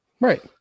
Right